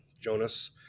jonas